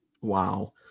Wow